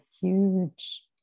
huge